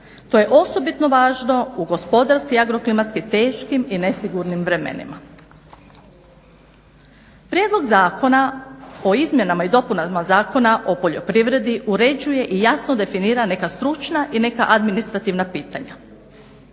To je osobito važno u gospodarski i agro klimatski teškim i nesigurnim vremenima. Prijedlog zakona o izmjenama i dopunama Zakona o poljoprivredi uređuje i jasno definira neka stručna i neka administrativna pitanja.